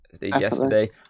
Yesterday